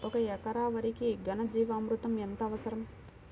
ఒక ఎకరా వరికి ఘన జీవామృతం ఎంత అవసరం?